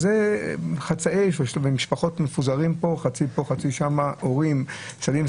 יש משפחות שחצי מתגורר בישראל והחצי השני בחוץ לארץ.